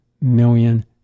million